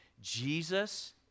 Jesus